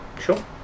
Sure